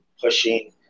pushing